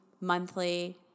monthly